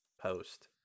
post